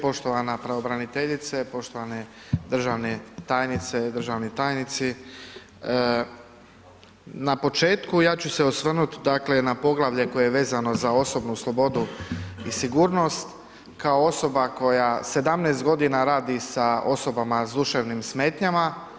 Poštovana pravobraniteljice, poštovane državne tajnice, državni tajnici, na početku, ja ću se osvrnuti dakle na poglavlje koje je vezano za osobnu slobodu i sigurnost kao osoba koja 17 godina radi sa osobama s duševnim smetnjama.